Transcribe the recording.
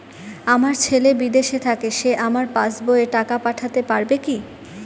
আমার ছেলে বিদেশে থাকে সে আমার পাসবই এ টাকা পাঠাতে পারবে কি?